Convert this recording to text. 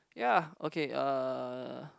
ya okay uh